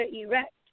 erect